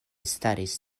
staris